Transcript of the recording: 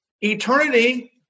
eternity